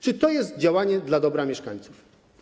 Czy to jest działanie dla dobra mieszkańców?